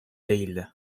değildi